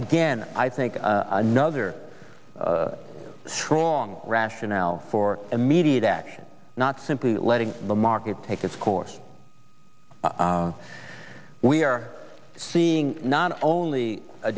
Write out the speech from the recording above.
again i think another strong rationale for immediate action not simply letting the market take its course we are seeing not only